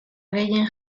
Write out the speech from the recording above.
gehien